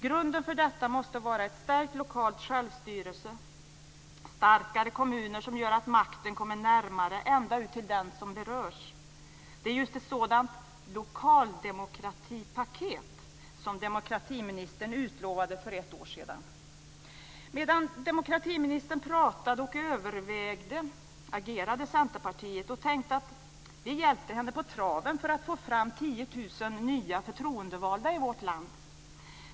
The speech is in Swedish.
Grunden för detta måste vara ett stärkt lokalt självstyre, med starkare kommuner som gör att makten kommer närmare och ända ut till dem som berörs. Det är just ett sådant "lokaldemokratipaket" som demokratiministern utlovade för ett år sedan. Medan demokratiministern pratade och övervägde agerade Centerpartiet och tänkte att vi skulle hjälpa henne på traven för att få fram 10 000 nya förtroendevalda i vårt land.